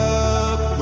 up